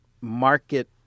market